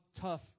tough